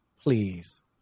please